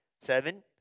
Seven